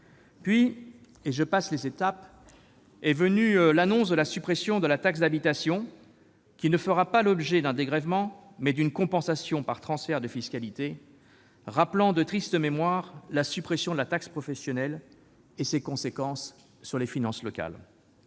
Puis- je vous passe des étapes -est venue l'annonce de la suppression de la taxe d'habitation, qui fera l'objet non pas d'un dégrèvement, mais d'une compensation par transfert de fiscalité, rappelant la suppression, de triste mémoire, de la taxe professionnelle et ses conséquences sur les finances locales.